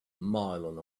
mile